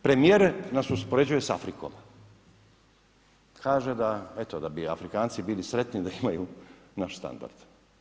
Premijer nas uspoređuje sa Afrikom, kaže da, eto da bi Afrikanci bili sretni da imaju naš standard.